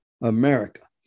America